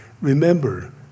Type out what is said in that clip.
Remember